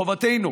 מחובתנו